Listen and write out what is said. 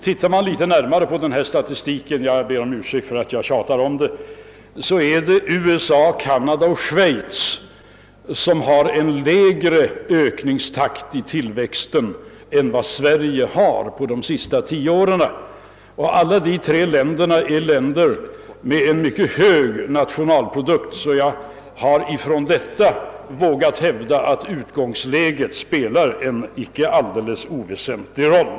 Ser man litet närmare på denna statistik — jag ber om ursäkt för att jag tjatar om det — finner man att under de senaste tio åren USA, Canada och Schweiz haft en lägre ökningstakt i tillväxten än vad Sverige haft. Alla de tre länderna är länder med en mycket hög nationalprodukt. Jag har därför vågat hävda, att utgångsläget spelar en icke oväsentlig roll.